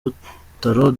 butaro